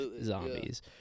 zombies